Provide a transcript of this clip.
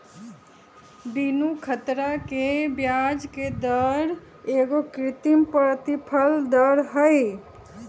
बीनू ख़तरा के ब्याजके दर एगो कृत्रिम प्रतिफल दर हई